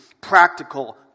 practical